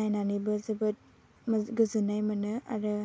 नायनानैबो जोबोद गोजोन्नाय मोनो आरो